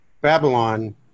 Babylon